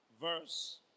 verse